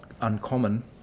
uncommon